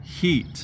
heat